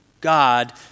God